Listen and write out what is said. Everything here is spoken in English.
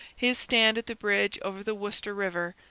his stand at the bridge over the wooster river,